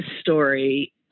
story